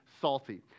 salty